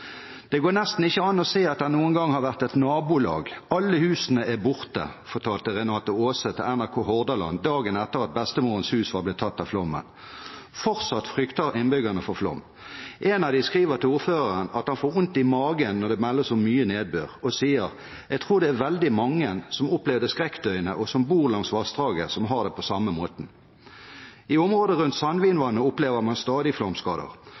går nesten ikke an å se at der noen gang har vært et nabolag. Alle husene er borte.» Det fortalte Renate Aase til NRK Hordaland dagen etter at bestemorens hus var blitt tatt av flommen. Fortsatt frykter innbyggerne for flom. En av dem skriver til ordføreren at han får vondt i magen når det meldes om mye nedbør, og sier: Jeg tror det er veldig mange som opplevde skrekkdøgnet og som bor langs vassdraget, som har det på samme måten. I området rundt Sandvinvatnet opplever man stadig flomskader.